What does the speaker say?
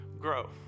grow